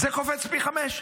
זה קופץ פי חמישה.